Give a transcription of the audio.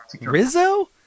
rizzo